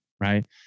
right